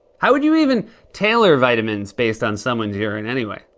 how would you even tailor vitamins based on someone's urine, anyway?